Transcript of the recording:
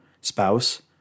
spouse